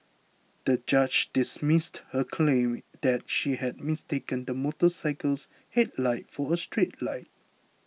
the judge dismissed her claim that she had mistaken the motorcycle's headlight for a street light